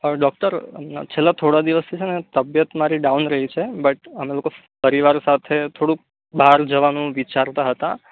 hello doctor છેલ્લા થોડા દિવસથી છેને તબિયત મારી ડાઉન રહી છે બટ અમે લોકો પરિવાર સાથે થોડુંક બહાર જવાનું વિચારતા હતા